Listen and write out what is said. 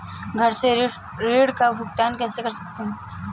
घर से ऋण का भुगतान कैसे कर सकते हैं?